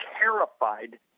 terrified